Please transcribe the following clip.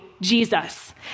Jesus